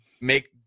make